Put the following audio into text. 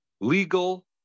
legal